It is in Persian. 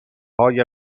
های